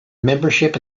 membership